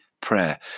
prayer